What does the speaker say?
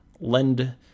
lend